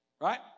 Right